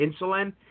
insulin